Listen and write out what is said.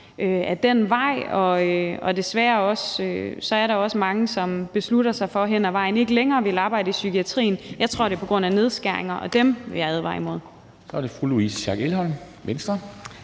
ad den vej, og desværre er der også mange, som beslutter sig for hen ad vejen ikke længere at ville arbejde i psykiatrien. Jeg tror, det er på grund af nedskæringer, og dem vil jeg advare imod. Kl. 14:17 Formanden (Henrik